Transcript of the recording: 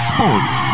Sports